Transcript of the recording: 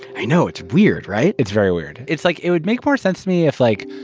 i know it's weird, right? it's very weird. it's like, it would make more sense to me if like,